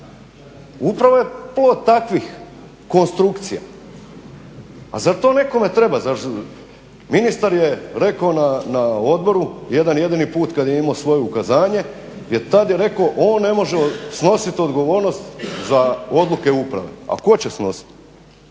upravo je plod takvih konstrukcija. A zar to nekome treba? Ministar je rekao na odboru, jedan jedini put kad je imao svoje ukazanje, tad je rekao on ne može snositi odgovornost za odluke uprave. A tko će snositi?